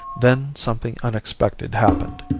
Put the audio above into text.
then something unexpected happened.